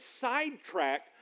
sidetracked